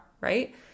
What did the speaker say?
right